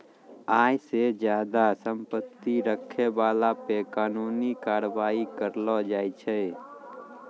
आय से ज्यादा संपत्ति रखै बाला पे कानूनी कारबाइ करलो जाय छै